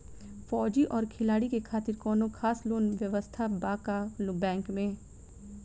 फौजी और खिलाड़ी के खातिर कौनो खास लोन व्यवस्था बा का बैंक में?